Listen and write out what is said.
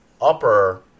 upper